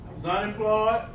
unemployed